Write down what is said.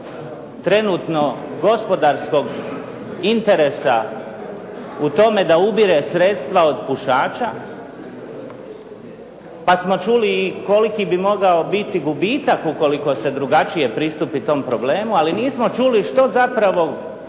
trenutno gospodarskog interesa u tome da ubire sredstva od pušača, pa smo čuli i koliki bi mogao biti gubitak ukoliko se drugačije pristupi tom problemu, ali nismo čuli što zapravo